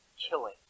killing